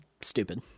stupid